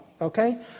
okay